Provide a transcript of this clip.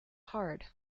hard